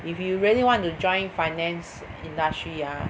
if you really want to join finance industry ah